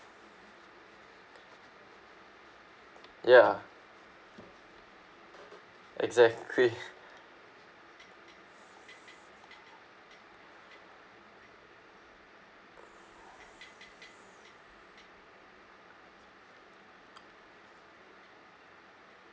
ya exactly